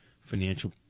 financial